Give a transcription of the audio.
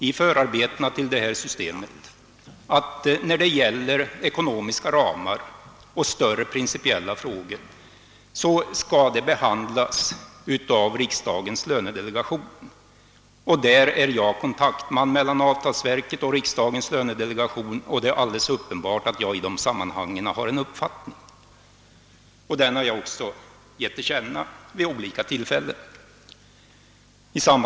I förarbetena till det nya systemet sades det nämligen uttryckligen ifrån att ekonomiska ramar och större principiella frågor skall behandlas av riksdagens lönedelegation, och jag är kontaktman mellan riksdagen och delegationen. Det är alldeles uppenbart att jag har en personlig uppfattning i de sammanhangen, och den har jag också givit till känna vid olika tillfällen.